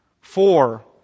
Four